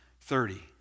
thirty